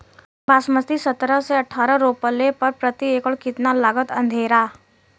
बासमती सत्रह से अठारह रोपले पर प्रति एकड़ कितना लागत अंधेरा?